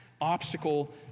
obstacle